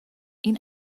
این